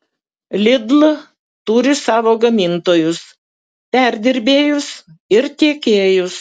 lidl turi savo gamintojus perdirbėjus ir tiekėjus